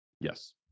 yes